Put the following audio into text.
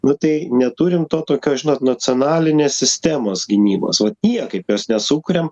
nu tai neturim to tokio žinot nacionalinės sistemos gynybos vat niekaip jos nesukuriam